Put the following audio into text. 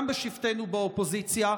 גם בשבתנו באופוזיציה,